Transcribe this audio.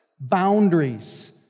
boundaries